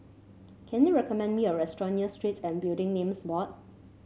can you recommend me a restaurant near Street and Building Names Board